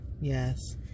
Yes